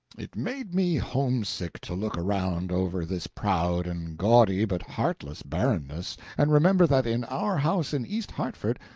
it made me homesick to look around over this proud and gaudy but heartless barrenness and remember that in our house in east hartford,